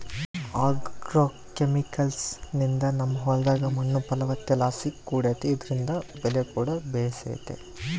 ಆಗ್ರೋಕೆಮಿಕಲ್ಸ್ನಿಂದ ನಮ್ಮ ಹೊಲದಾಗ ಮಣ್ಣು ಫಲವತ್ತತೆಲಾಸಿ ಕೂಡೆತೆ ಇದ್ರಿಂದ ಬೆಲೆಕೂಡ ಬೇಸೆತೆ